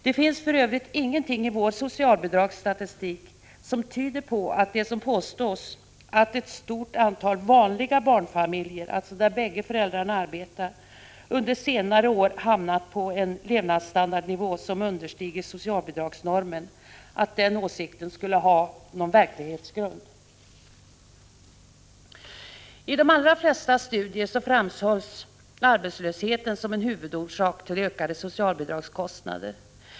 Det finns för övrigt ingenting i vår socialbidragsstatistik som tyder på att påståendet att ett stort antal ”vanliga” barnfamiljer, alltså där bägge föräldrarna arbetar, under senare år hamnat på en levandsstandardnivå som understiger socialbidragsnormen skulle ha någon verklighetsgrund. I de allra flesta studier framhålls arbetslösheten som en huvudorsak till ökade socialbidragskostnader.